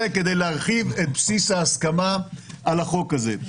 כדי להרחיב את בסיס ההסכמה על החוק הזה.